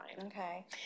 Okay